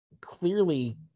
clearly